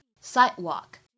sidewalk